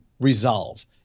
resolve